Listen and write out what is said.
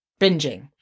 binging